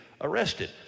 arrested